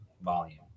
volume